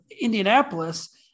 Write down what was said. Indianapolis